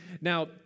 Now